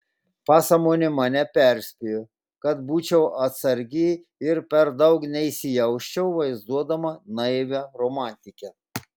pasąmonė mane perspėjo kad būčiau atsargi ir per daug neįsijausčiau vaizduodama naivią romantikę